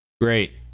Great